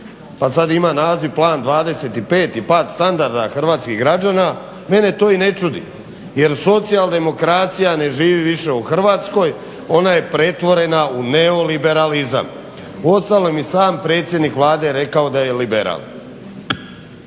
pa sad ima naziv "Plan 25" i pad standarda hrvatskih građana, mene to i ne čudi jer socijaldemokracija ne živi više u Hrvatskoj, ona je pretvorena u neoliberalizam. Uostalom i sam predsjednik Vlade je rekao da je liberal.